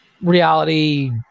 reality